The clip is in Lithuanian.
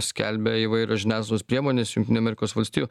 skelbia įvairios žiniasklaidos priemonės jungtinių amerikos valstijų